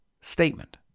statement